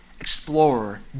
explorer